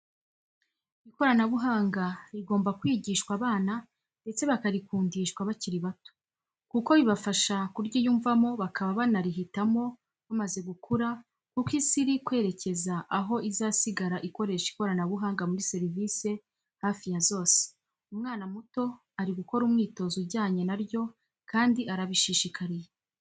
Ikoranabuhanga rigomba kwigishwa abana ndetse bakarikundishwa bakiri bato kuko bibafasha kuryiyumvamo bakaba banarihitamo bamaze gukura kuko isi iri kwerekeza aho izasigara ikoresha ikoranabuhanga muri serivise hafi ya zose. Umwana muto ari gukora umwitozo ujyanye na ryo kandi arabishishikariye.